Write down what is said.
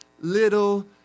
little